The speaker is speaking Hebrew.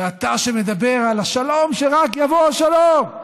ואתה, שמדבר על השלום, שרק יבוא השלום,